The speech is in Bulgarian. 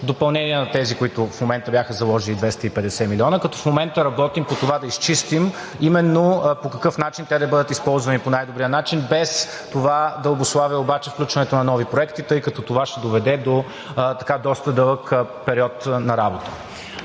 допълнение на тези, които в момента бяха заложили, 250 милиона, като сега работим по това да изчистим именно по какъв начин те да бъдат използвани, по най-добрия начин, без това да обуславя включването на нови проекти, тъй като то ще доведе до доста дълъг период на работа.